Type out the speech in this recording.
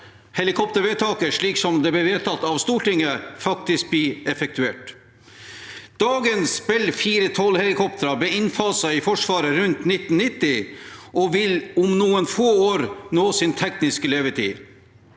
helikoptervedtaket, slik som det ble vedtatt av Stortinget, faktisk blir effektuert. Dagens Bell 412-helikoptre ble innfaset i Forsvaret rundt 1990 og vil om noen få år nå sin tekniske levetid.